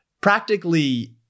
practically